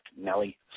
Nelly